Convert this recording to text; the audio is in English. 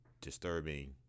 disturbing